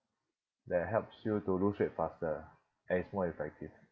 that helps you to lose weight faster and is more effective